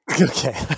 Okay